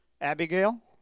Abigail